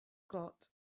got